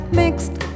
mixed